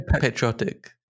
patriotic